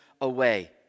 away